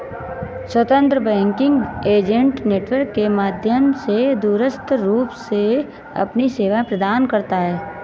स्वतंत्र banking agent network के माध्यम से दूरस्थ रूप से अपनी सेवाएं प्रदान करता है